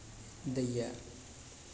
दैए